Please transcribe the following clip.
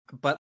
but-